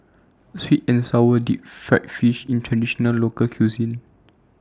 Sweet and Sour Deep Fried Fish IS A Traditional Local Cuisine